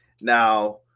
Now